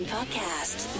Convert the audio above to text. Podcast